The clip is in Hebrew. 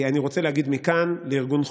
אני רוצה להגיד מכאן לארגון חוננו,